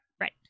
right